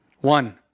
One